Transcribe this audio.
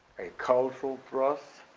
a cultural thrust,